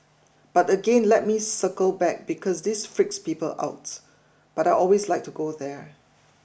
but again let me circle back because this freaks people out but I always like to go there